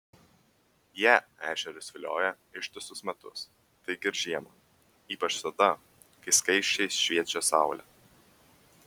jie ešerius vilioja ištisus metus taigi ir žiemą ypač tada kai skaisčiai šviečia saulė